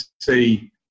see